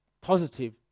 positive